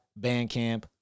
Bandcamp